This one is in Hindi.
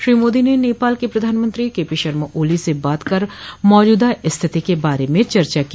श्री मोदी ने नेपाल के प्रधानमंत्री केपी शर्मा ओली से बात कर मौजूदा स्थिति के बारे में चर्चा की